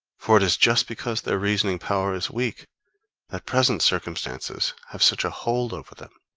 for it is just because their reasoning power is weak that present circumstances have such a hold over them,